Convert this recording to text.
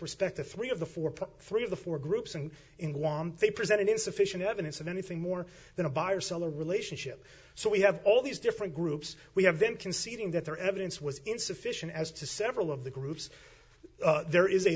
respect to three of the four three of the four groups and in won they presented insufficient evidence of anything more than a buyer seller relationship so we have all these different groups we have then conceding that their evidence was insufficient as to several of the groups there is a